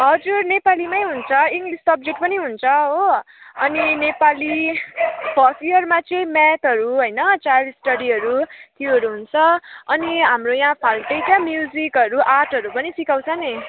हजुर नेपालीमै हुन्छ इङ्ग्लिस सब्जेक्ट पनि हुन्छ हो अनि नेपाली फर्स्ट इयरमा चाहिँ म्याथहरू होइन चाइल्ड स्टाडीहरू त्योहरू हुन्छ अनि हाम्रो यहाँ फाल्टै क्या म्युजिकहरू आर्टहरू पनि सिकाउँछ नि